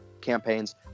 campaigns